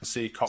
See